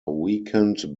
weakened